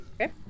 Okay